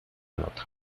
nota